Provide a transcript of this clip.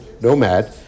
nomad